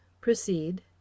Proceed